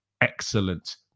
excellent